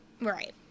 Right